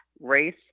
race